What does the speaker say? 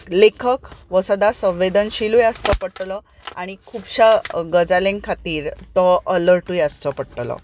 लेखक हो सदांच संवेदनशीलूय आसचो पडटलो आनी खुबश्या गजालीं खातीर तो अलर्टूय आसचो पडटलो